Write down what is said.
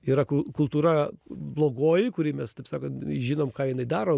yra kultūra blogoji kuri mes taip sakant žinom ką jinai daro